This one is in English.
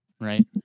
right